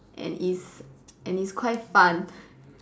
and is and it's quite fun